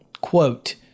quote